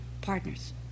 partners